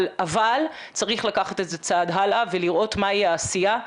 אבל צריך לקחת את זה צעד הלאה ולראות מהי העשייה,